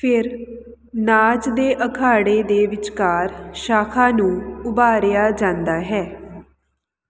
ਫੇਰ ਨਾਚ ਦੇ ਅਖਾੜੇ ਦੇ ਵਿਚਕਾਰ ਸ਼ਾਖਾ ਨੂੰ ਉਭਾਰਿਆ ਜਾਂਦਾ ਹੈ